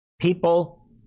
People